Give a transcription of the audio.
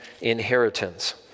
inheritance